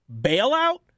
bailout